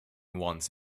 once